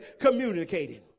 communicating